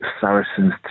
Saracens